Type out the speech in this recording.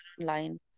online